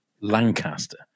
Lancaster